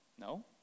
No